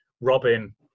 robin